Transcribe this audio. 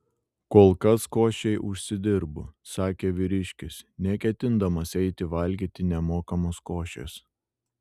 kol kas košei užsidirbu sakė vyriškis neketindamas eiti valgyti nemokamos košės